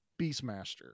Beastmaster